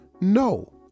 no